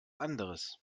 anderes